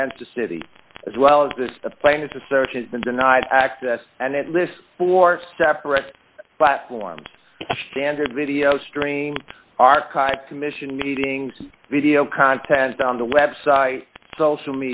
against the city as well as the plaintiff the searches been denied access and it lists four separate but one standard video stream archive commission meetings video content on the website social